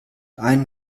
ein